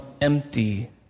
empty